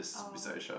oh